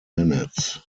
minutes